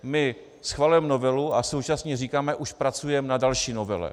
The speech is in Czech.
My schvalujeme novelu a současně říkáme už pracujeme na další novele.